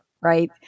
right